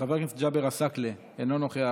חבר הכנסת ג'אבר עסאקלה, אינו נוכח.